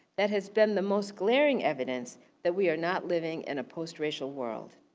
that has been the most glaring evidence that we are not living in post racial world.